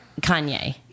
Kanye